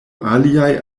aliaj